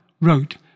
wrote